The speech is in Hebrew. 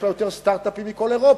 יש בה יותר סטארט-אפים מבכל אירופה,